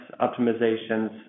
optimizations